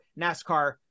NASCAR